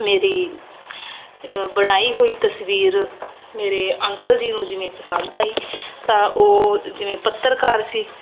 ਮੇਰੀ ਬਣਾਈ ਹੋਈ ਤਸਵੀਰ ਮੇਰੇ ਅੰਕਲ ਜੀ ਨੂੰ ਜਿਵੇਂ ਪਸੰਦ ਆਈ ਤਾਂ ਉਹ ਜਿਵੇਂ ਪੱਤਰਕਾਰ ਸੀ